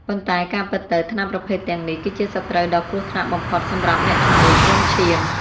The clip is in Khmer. ប៉ុន្តែការពិតទៅ ថ្នាំប្រភេទទាំងនេះគឺជាសត្រូវដ៏គ្រោះថ្នាក់បំផុតសម្រាប់អ្នកជំងឺគ្រុនឈាម។